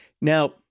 now